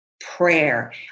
prayer